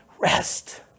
rest